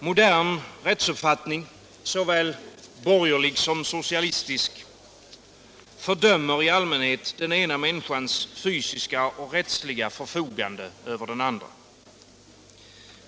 Herr talman! Modern rättsuppfattning, såväl borgerlig som socialistisk, fördömer i allmänhet den ena människans fysiska och rättsliga förfogande över den andra.